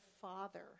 father